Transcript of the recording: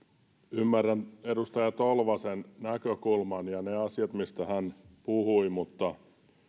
ymmärrän edustaja tolvasen näkökulman ja ne asiat mistä hän puhui mutta